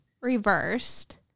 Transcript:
reversed